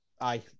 aye